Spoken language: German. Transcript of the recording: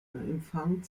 empfang